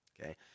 Okay